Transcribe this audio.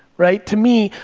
right? to me,